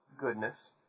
goodness